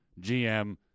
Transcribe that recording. GM